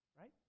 Right